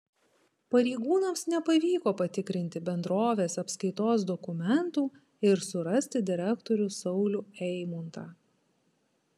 pareigūnams nepavyko patikrinti bendrovės apskaitos dokumentų ir surasti direktorių saulių eimuntą